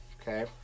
Okay